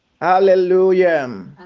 Hallelujah